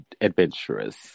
adventurous